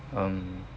um